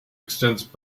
extends